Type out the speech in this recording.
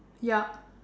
yup